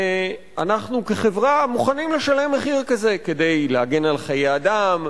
ואנחנו כחברה מוכנים לשלם מחיר כזה כדי להגן על חיי אדם,